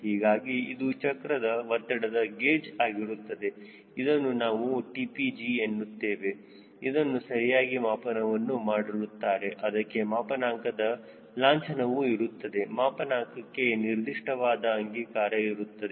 ಹೀಗಾಗಿ ಇದು ಚಕ್ರದ ಒತ್ತಡದ ಗೇಜ್ ಆಗಿರುತ್ತದೆ ಅದನ್ನು ನಾವು TPG ಎನ್ನುತ್ತೇವೆ ಅದನ್ನು ಸರಿಯಾಗಿ ಮಾಪನವನ್ನು ಮಾಡಿರುತ್ತಾರೆ ಅದಕ್ಕೆ ಮಾಪನಾಂಕದ ಲಾಂಛನವು ಇರುತ್ತದೆ ಮಾಪನಾಂಕಕ್ಕೆ ನಿರ್ದಿಷ್ಟವಾದ ಅಂಗೀಕಾರ ಇರುತ್ತದೆ